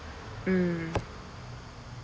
mm